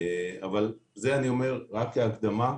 אני אומר את זה רק כהקדמה.